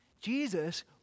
Jesus